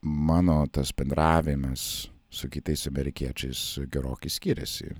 mano tas bendravimas su kitais amerikiečiais gerokai skiriasi